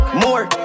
more